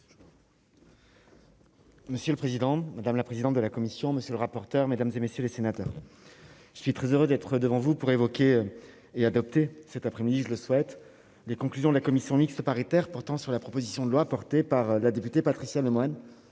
Monsieur le président, madame la présidente de la commission, monsieur le rapporteur, mesdames et messieurs les sénateurs, suis très heureux d'être devant vous pour évoquer et adopté cet après-midi, je le souhaite, des conclusions de la commission mixte paritaire portant sur la proposition de loi portée par la députée Patricia Lemoine